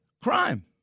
crime